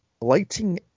lighting